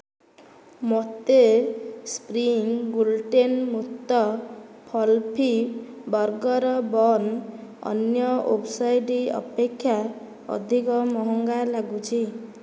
ମୋତେ spring gluten ମୁକ୍ତ fluffy burger buns ଅନ୍ୟ ୱେବସାଇଟ୍ ଅପେକ୍ଷା ଅଧିକ ମହଙ୍ଗା ଲାଗୁଛି